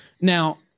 Now